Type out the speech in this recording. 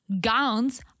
gowns